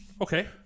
Okay